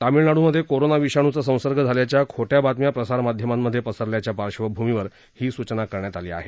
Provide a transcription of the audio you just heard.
तामिळनाडूमध्ये कोरोना विषाणूचा संसर्ग झाल्याच्या खोट्या बातम्या प्रसारमाध्यमांमध्ये पसरल्याच्या पार्श्वभूमीवर ही सूचना करण्यात आली आहे